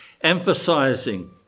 emphasizing